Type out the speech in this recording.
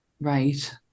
Right